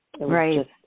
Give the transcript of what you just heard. right